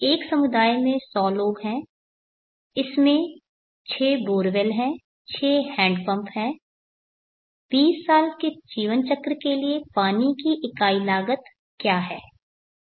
एक समुदाय में 100 लोग हैं इसमें 6 बोरवेल हैं 6 हैंडपंप हैं 20 साल के जीवन चक्र के लिए पानी की इकाई लागत क्या है